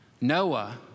Noah